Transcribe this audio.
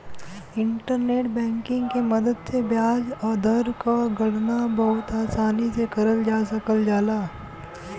internet banking के मदद से ब्याज दर क गणना बहुत आसानी से करल जा सकल जाला